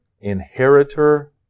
Inheritor